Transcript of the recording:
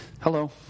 Hello